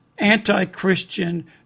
anti-Christian